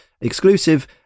exclusive